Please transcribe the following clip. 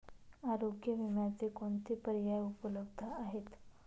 आरोग्य विम्याचे कोणते पर्याय उपलब्ध आहेत?